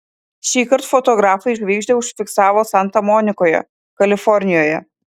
šįkart fotografai žvaigždę užfiksavo santa monikoje kalifornijoje